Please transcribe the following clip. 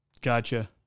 Gotcha